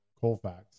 Colfax